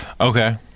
Okay